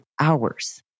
hours